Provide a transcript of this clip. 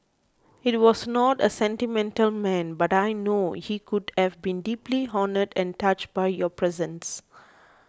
he was not a sentimental man but I know he would have been deeply honoured and touched by your presence